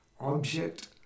object